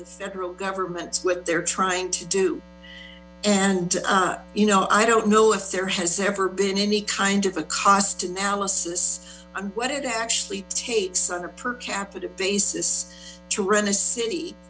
the federal government what they're trying to do and you know i don't know if there has ever been any kind of a cost analysis on what it actually takes on a per capita basis to run a city